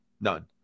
None